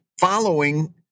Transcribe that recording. following